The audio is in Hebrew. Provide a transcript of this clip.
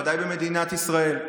ודאי במדינת ישראל.